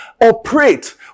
Operate